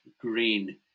green